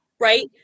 Right